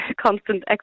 constant